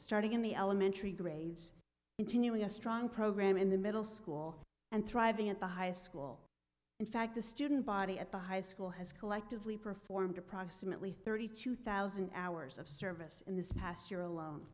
starting in the elementary grades into new a strong program in the middle school and thriving at the high school in fact the student body at the high school has collectively performed a proselyte lee thirty two thousand as hours of service in this past year alone